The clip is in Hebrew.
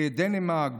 דנמרק,